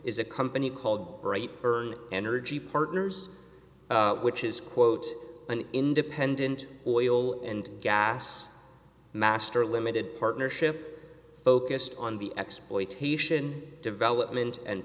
is a company called earn energy partners which is quote an independent oil and gas master limited partnership focused on the exploitation development and